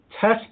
test